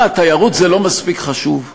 מה, תיירות זה לא מספיק חשוב?